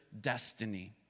destiny